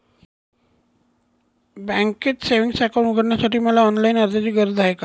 बँकेत savings account उघडण्यासाठी मला ऑनलाईन अर्जाची गरज आहे का?